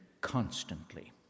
constantly